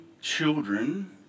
children